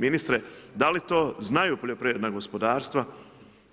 Ministre da li to znaju poljoprivredna gospodarstva